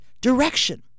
direction